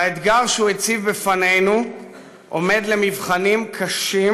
האתגר שהוא הציב בפנינו עומד במבחנים קשים,